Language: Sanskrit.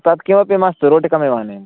तत् किमपि मास्तु रोटिकामेव आनयन्तु